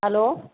hello